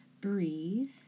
Breathe